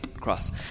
cross